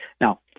now